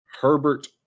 Herbert